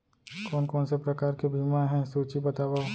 कोन कोन से प्रकार के बीमा हे सूची बतावव?